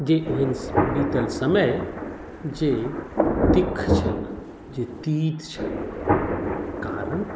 जे ओहन बीतल समय जे तिक्ख छल जे तीत छल कारण